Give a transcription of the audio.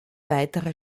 weitere